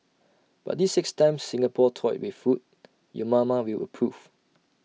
but these six times Singapore toyed with food your mama will approve